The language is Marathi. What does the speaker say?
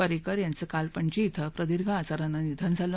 परिंकर यांचं काल पणजी इथं प्रदीर्घ आजारानं निधन झालं